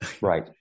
right